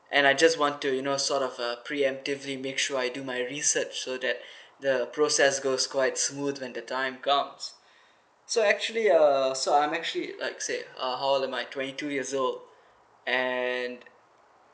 and I just want to you know sort of uh preemptively make sure I do my research so that the process goes quite smooth when the time comes so actually uh so I'm actually like to say uh how old am I twenty two years old and